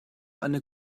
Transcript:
eine